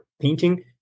painting